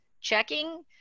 checking